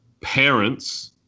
parents